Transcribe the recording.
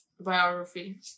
biography